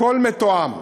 הכול מתואם